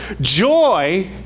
joy